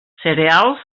cereals